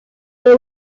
fue